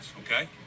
okay